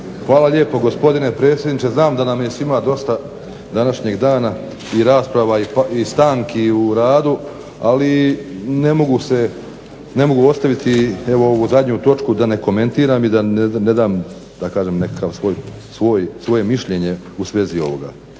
Hvala lijepo gospodine predsjedniče. Znam da nam je svima dosta današnjeg dana i rasprava i stanki u radu, ali ne mogu ostaviti evo ovu zadnju točku da ne komentiram i da ne dam da kažem nekakvo svoje mišljenje u svezi ovoga.